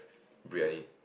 Briyani